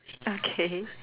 okay